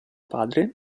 padre